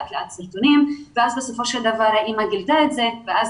לאט לאט סרטונים ובסופו של דבר האימא גילתה את זה ואז